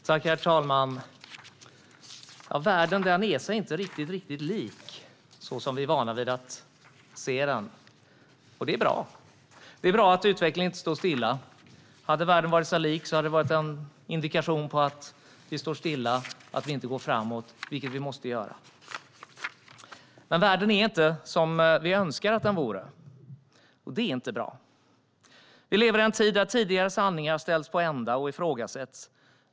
Herr talman! Världen är sig inte riktigt lik, så som vi är vana vid att se den. Det är bra. Det är bra att utvecklingen inte står stilla. Om världen hade varit sig lik hade det varit en indikation på att vi står stilla, på att vi inte går framåt - vilket vi måste göra. Men världen ser inte ut som vi önskar. Och det är inte bra. Vi lever i en tid då tidigare sanningar ställs på ända och ifrågasätts.